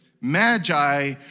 Magi